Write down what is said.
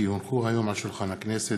כי הונחו היום על שולחן הכנסת,